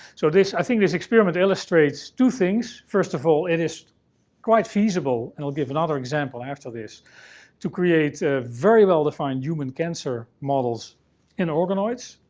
so, this. i think this experiment illustrates two things. first of all, it is quite feasible and i'll give another example after this to create ah very well-defined human cancer models in organoids.